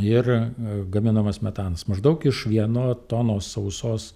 ir gaminamas metanas maždaug iš vieno tonos sausos